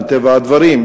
מטבע הדברים,